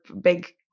big